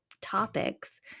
topics